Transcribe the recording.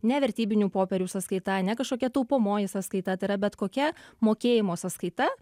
ne vertybinių popierių sąskaita ne kažkokia taupomoji sąskaita tai yra bet kokia mokėjimo sąskaita